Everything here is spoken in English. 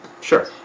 Sure